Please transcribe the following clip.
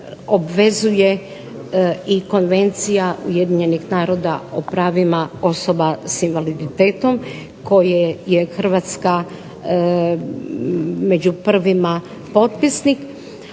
obvezuje i KOnvecija UN o pravima osobe sa invaliditetom koje je Hrvatska među prvima potpisnik.